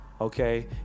Okay